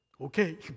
Okay